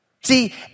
See